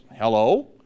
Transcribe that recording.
hello